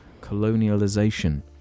colonialization